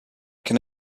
can